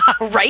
Right